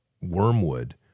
wormwood